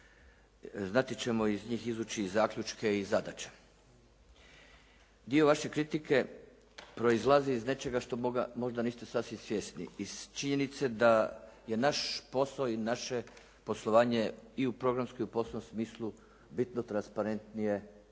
Znati ćemo iz njih izvući zaključke i zadaće. Dio vaše kritike proizlazi iz nečega što možda niste sasvim svjesni. Iz činjenice da je naš posao i naše poslovanje i u programskom i u poslovnom smislu bitno transparentnije